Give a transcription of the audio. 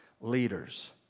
leaders